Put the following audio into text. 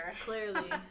clearly